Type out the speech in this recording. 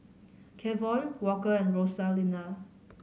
Kevon Walker and Rosalinda